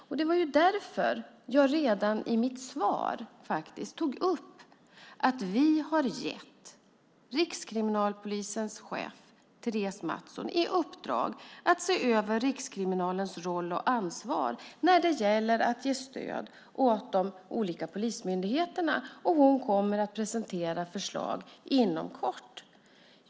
Det var därför jag faktiskt redan i mitt svar tog upp att vi har gett Rikskriminalpolisens chef Therese Mattsson i uppdrag att se över Rikskriminalens roll och ansvar när det gäller att ge stöd åt de olika polismyndigheterna. Hon kommer att presentera förslag inom kort.